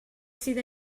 sydd